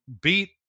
beat